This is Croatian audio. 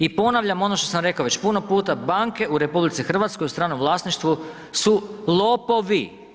I ponavljam ono što sam rekao već puno puta, banke u RH u stranom vlasništvu su lopovi.